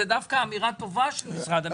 זו דווקא אמירה טובה של משרד המשפטים.